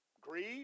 Greed